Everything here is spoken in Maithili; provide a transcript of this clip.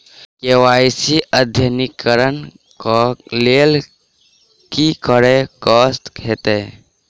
के.वाई.सी अद्यतनीकरण कऽ लेल की करऽ कऽ हेतइ?